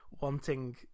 wanting